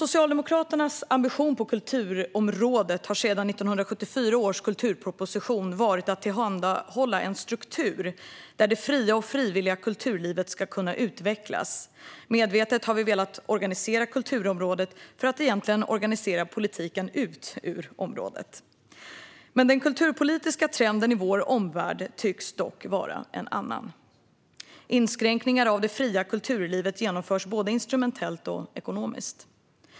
Socialdemokraternas ambition på kulturområdet har sedan 1974 års kulturproposition varit att tillhandahålla en struktur där det fria och frivilliga kulturlivet ska kunna utvecklas. Medvetet har vi velat organisera kulturområdet för att egentligen organisera politiken ut ur området. Den kulturpolitiska trenden i vår omvärld tycks dock vara en annan. Inskränkningar av det fria kulturlivet genomförs både instrumentellt och ekonomiskt.